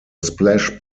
splash